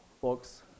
folks